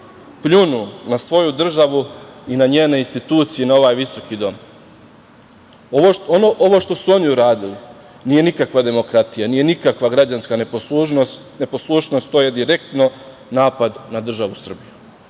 pljunu na svoju državu i na njene institucije na ovaj Visoki dom? Ovo što su oni uradili nije nikakva demokratija, nije nikakva građanska neposlušnost to je direktno napad na državu Srbiju.